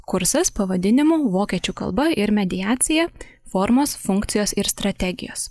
kursas pavadinimu vokiečių kalba ir mediacija formos funkcijos ir strategijos